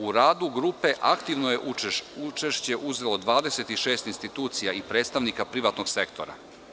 U radu grupe aktivno je učešće uzelo 26 institucija i predstavnika privatnog sektora.